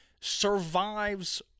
survives